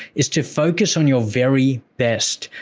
is to focus on your very best.